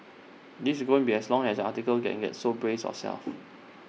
this is going be as long as article can get so brace of yourself